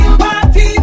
party